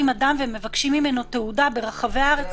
אדם ומבקשים ממנו תעודה ברחבי הארץ,